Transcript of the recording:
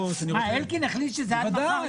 אלקין החליט שזה עד מחר?